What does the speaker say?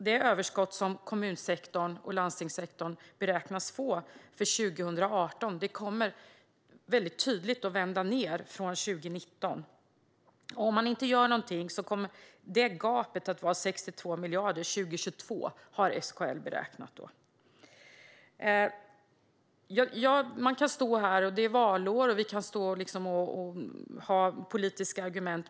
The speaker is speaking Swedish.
Det överskott som kommunsektorn och landstingssektorn beräknas få för 2018 kommer väldigt tydligt att vända nedåt från 2019. Om man inte gör någonting kommer gapet att vara 62 miljarder år 2022, har SKL beräknat. Det är valår, och vi kan stå här och ha politiska diskussioner.